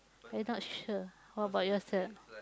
I not sure how about yourself